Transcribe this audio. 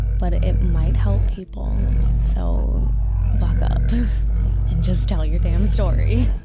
but it might help people. so buck up and just tell your damn story